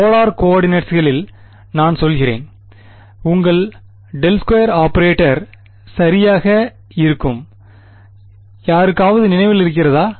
எனவே போலார் கோஆர்டினேட்டஸ்களில் நான் சொல்கிறேன் உங்கள் ∇2 ஆபரேட்டர் சரியாக இருக்கும் யாருக்காவது நினைவில் இருக்கிறதா